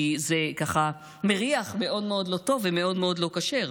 כי זה ככה מריח מאוד מאוד לא טוב ומאוד מאוד לא כשר.